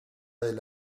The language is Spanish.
del